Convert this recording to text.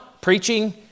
preaching